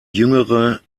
jüngere